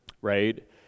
right